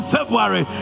February